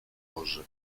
boże